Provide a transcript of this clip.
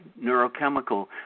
neurochemical